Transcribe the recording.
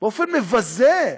באופן מבזה.